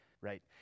right